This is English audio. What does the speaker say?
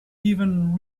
even